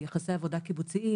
של יחסי עבודה קיבוציים,